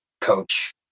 coach